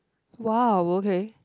!wow! okay